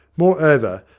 moreover,